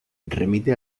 remite